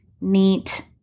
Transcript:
neat